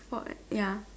what ya